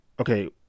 okay